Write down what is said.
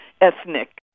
ethnic